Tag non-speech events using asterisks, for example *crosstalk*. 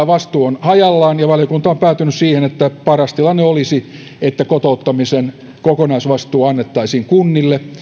*unintelligible* vastuu on hajallaan ja valiokunta on päätynyt siihen että paras tilanne olisi että kotouttamisen kokonaisvastuu annettaisiin kunnille